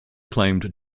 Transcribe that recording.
claimed